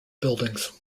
buildings